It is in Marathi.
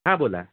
हां बोला